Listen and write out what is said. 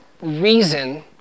reason